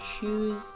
choose